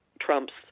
Trump's